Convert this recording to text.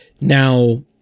Now